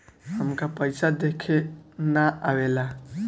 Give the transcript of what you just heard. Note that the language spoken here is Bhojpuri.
हमका पइसा देखे ना आवेला?